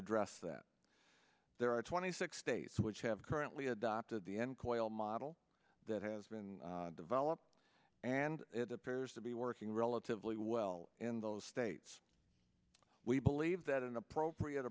address that there are twenty six states which have currently adopted the end coil model that has been developed and it appears to be working relatively well in those states we believe that an appropriate